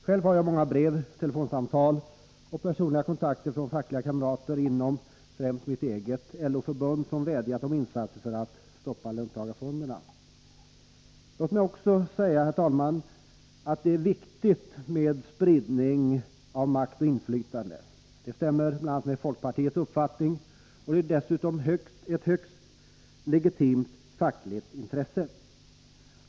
Själv har jag fått många brev, telefonsamtal och personliga kontakter från fackliga kamrater inom främst mitt eget LO-förbund som vädjat om insatser för att stoppa löntagarfonderna. Låt mig också säga, herr talman, att det är viktigt med spridning av makt och inflytande. Det stämmer bl.a. med folkpartiets uppfattning, och det är dessutom ett högst legitimt fackligt intresse.